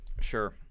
sure